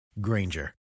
Granger